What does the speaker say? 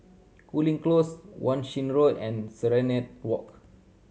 Cooling Close Wan Shih Road and Serenade Walk